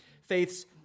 Faith's